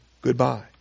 goodbye